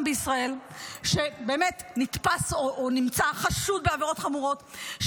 בישראל שבאמת נתפס או נמצא חשוד בעבירות חמורות,